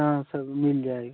हाँ सब मिल जाएगा